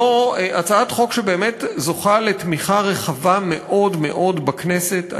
זו הצעת חוק שבאמת זוכה לתמיכה רחבה מאוד מאוד בכנסת,